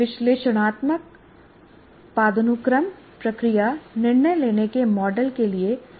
विश्लेषणात्मक पदानुक्रम प्रक्रिया निर्णय लेने के मॉडल के लिए एक और उपकरण है